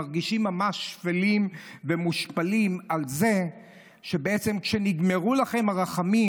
מרגישים ממש שפלים ומושפלים על זה שבעצם כשנגמרו לכם הרחמים,